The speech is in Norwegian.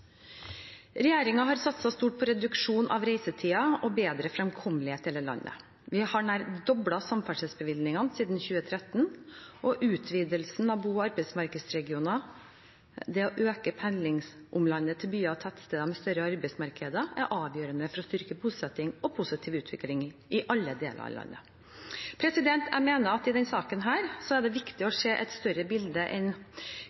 har satset stort på reduksjon av reisetider og bedre fremkommelighet i hele landet. Vi har nær doblet samferdselsbevilgningene siden 2013. Utvidelsen av bo- og arbeidsmarkedsregionene – det å øke pendlingsomlandet til byer og tettsteder med større arbeidsmarkeder – er avgjørende for å styrke bosetting og positiv utvikling i alle deler av landet. Jeg mener at det i denne saken er viktig å se et større bilde enn